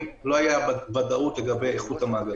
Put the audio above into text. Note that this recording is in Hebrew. שלא היתה ודאות לגבי איכות המאגרים.